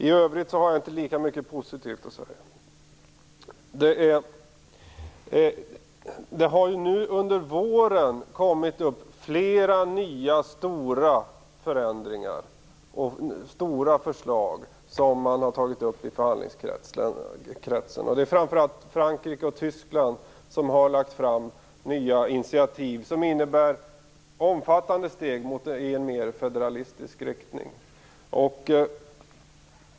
I övrigt har jag inte lika mycket positivt att säga. Under våren har flera nya, stora förändringar skett. Stora förslag har tagits upp i förhandlingskretsen. Det är framför allt Frankrike och Tyskland som har lagt fram nya initiativ, som innebär omfattande steg i en mer federalistisk riktning.